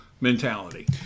Mentality